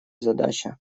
задача